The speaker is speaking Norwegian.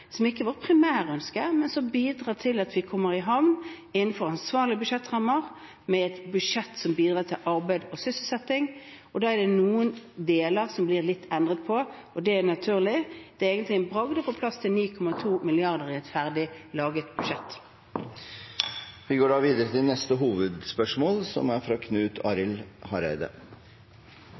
som ikke er vårt primærønske, men som bidrar til at vi kommer i havn innenfor ansvarlige budsjettrammer, med et budsjett som bidrar til arbeid og sysselsetting. Da er det noen deler som blir litt endret på, og det er naturlig. Det er egentlig en bragd å få plass til 9,2 mrd. i et ferdig laget budsjett. Vi går da videre til neste hovedspørsmål. Det er